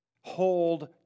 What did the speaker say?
Hold